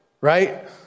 right